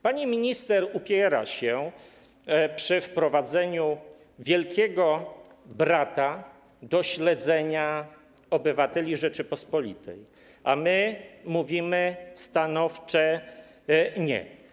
Pani minister upiera się przy wprowadzeniu Wielkiego Brata do śledzenia obywateli Rzeczypospolitej, a my mówimy stanowcze „nie”